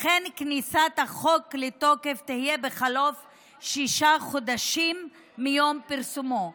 לכן כניסת החוק לתוקף תהיה בחלוף שישה חודשים מיום פרסומו.